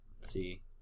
See